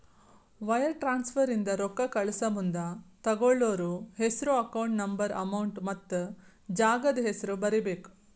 wire transfer ಇಂದ ರೊಕ್ಕಾ ಕಳಸಮುಂದ ತೊಗೋಳ್ಳೋರ್ ಹೆಸ್ರು ಅಕೌಂಟ್ ನಂಬರ್ ಅಮೌಂಟ್ ಮತ್ತ ಜಾಗದ್ ಹೆಸರ ಬರೇಬೇಕ್